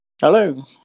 Hello